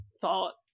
thought